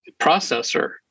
processor